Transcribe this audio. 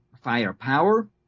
firepower